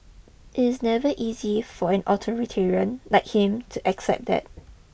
it's never easy for an authoritarian like him to accept that